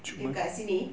dekat sini